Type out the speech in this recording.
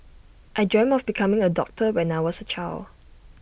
I dreamt of becoming A doctor when I was A child